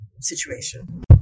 situation